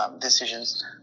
decisions